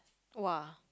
!wah!